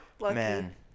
Man